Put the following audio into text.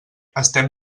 estem